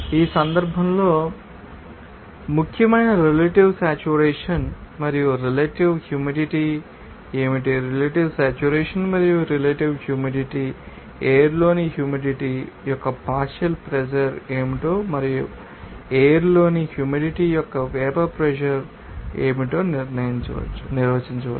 ఈ సందర్భంలో కూడా ముఖ్యమైన రెలెటివ్ సేట్యురేషన్ మరియు రెలెటివ్ హ్యూమిడిటీ ఏమిటి రెలెటివ్ సేట్యురేషన్ మరియు రెలెటివ్ హ్యూమిడిటీ ఎయిర్ లోని హ్యూమిడిటీ యొక్క పార్షియల్ ప్రెషర్ ఏమిటో మరియు ఎయిర్ లోని హ్యూమిడిటీ యొక్క వేపర్ ప్రెషర్ ఏమిటో నిర్వచించవచ్చు